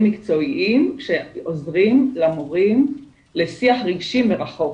מקצועיים שעוזרים למורים לשיח רגשי מרחוק